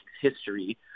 history